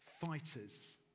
fighters